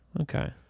Okay